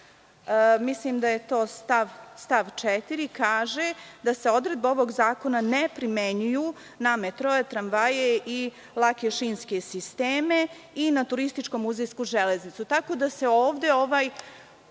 mislim da je to stav 4, kaže da se odredbe ovog zakona ne primenjuju na metroe, tramvaje i lake šinske sisteme i na turističko-muzejsku železnicu.